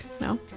no